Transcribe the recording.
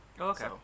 Okay